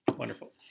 Wonderful